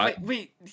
Wait